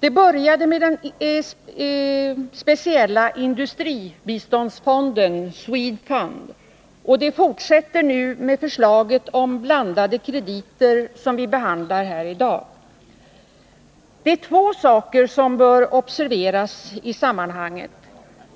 Det började med den speciella industribiståndsfonden — Swedfund — och det fortsätter nu med förslaget om blandade krediter som vi behandlar här i dag. Det är två saker som bör observeras i sammanhanget.